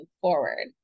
forward